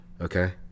okay